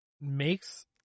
makes